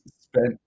spent